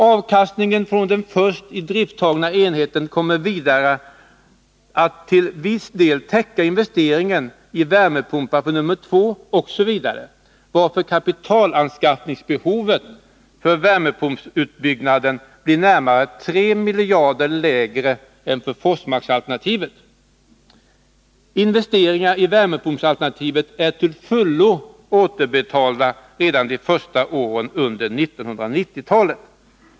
Avkastningen från den först idrifttagna enheten kommer vidare att till viss del täcka investeringen i värmepump nr 2 osv. varför kapitalanskaffningsbehovet för värmepumputbyggnaden blir närmare 3 miljarder kronor lägre än för Forsmarkalternativet. Investeringarna i värmepumpsalternativet är till fullo återbetalda redan de första åren under 1990-talet.